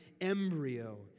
embryo